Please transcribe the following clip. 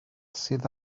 sydd